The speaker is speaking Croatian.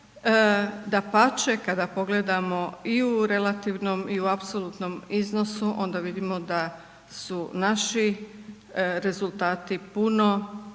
dapače, kada pogledamo i u relativnom i u apsolutno iznosu onda vidimo da su naši rezultati puno